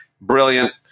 brilliant